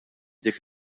dik